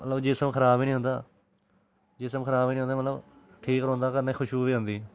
मतलब जिस्म खराब बी नी होंदा जिस्म खराब बी नी होंदा मतलब ठीक रौंह्दा कन्नै खुश्बू बी औंदी